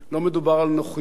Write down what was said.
לא מדובר על נוחיות.